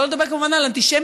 שלא לדבר כמובן על אנטישמיות,